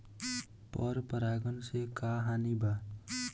पर परागण से का हानि बा?